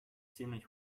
ziemlich